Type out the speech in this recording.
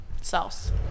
Sauce